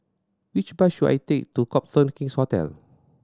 which bus should I take to Copthorne King's Hotel